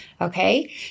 Okay